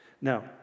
Now